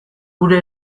gure